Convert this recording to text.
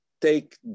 take